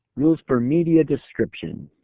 rules for media description.